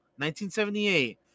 1978